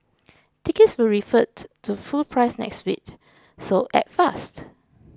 tickets will revert to full price next week so act fast